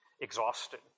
exhausted